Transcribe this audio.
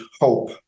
hope